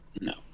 no